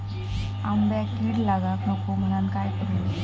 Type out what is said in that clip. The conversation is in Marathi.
आंब्यक कीड लागाक नको म्हनान काय करू?